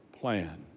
plan